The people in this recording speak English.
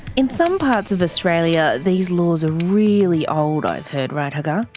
in some parts of australia these laws are really old i've heard, right hagar?